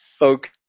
Okay